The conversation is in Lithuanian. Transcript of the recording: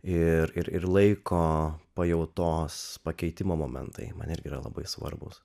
ir ir laiko pajautos pakeitimo momentai man irgi yra labai svarbūs